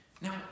Now